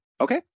Okay